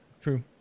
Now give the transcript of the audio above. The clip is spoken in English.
True